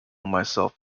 myself